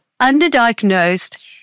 underdiagnosed